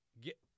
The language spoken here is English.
get